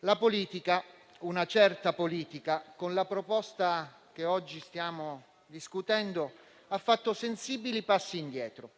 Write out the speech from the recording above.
La politica, una certa politica, con la proposta che oggi stiamo discutendo ha fatto sensibili passi indietro.